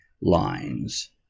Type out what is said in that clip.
lines